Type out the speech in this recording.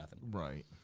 Right